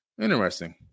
Interesting